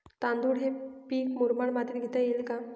तांदूळ हे पीक मुरमाड मातीत घेता येईल का?